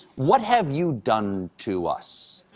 what have you done to us?